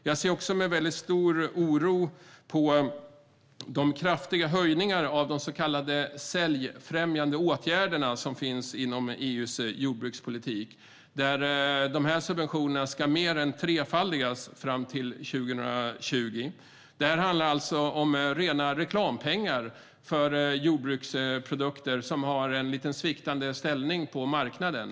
Jag ser också med stor oro på de kraftiga höjningarna av de så kallade säljfrämjande åtgärder som finns inom EU:s jordbrukspolitik. De här subventionerna ska mer än trefaldigas fram till 2020. Det handlar alltså om rena reklampengar för jordbruksprodukter som har en lite sviktande ställning på marknaden.